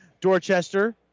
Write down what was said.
Dorchester